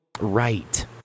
Right